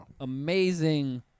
amazing